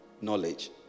knowledge